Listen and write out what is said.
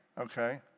Okay